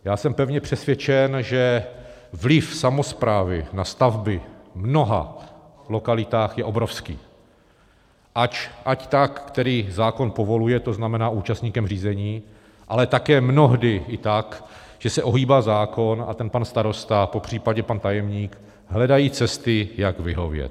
Já jsem pevně přesvědčen, že vliv samosprávy na stavby v mnoha lokalitách je obrovský, ať tak, který zákon povoluje, to znamená účastníkem řízení, ale také mnohdy i tak, že se ohýbá zákon a ten pan starosta, popřípadě pan tajemník hledají cesty, jak vyhovět.